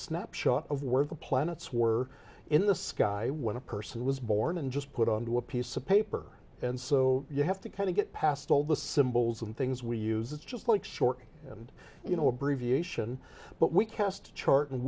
snapshot of where the planets were in the sky when a person was born and just put onto a piece of paper and so you have to kind of get past all the symbols and things we use just like short and you know abbreviation but we cast chart